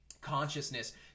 consciousness